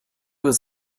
was